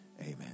Amen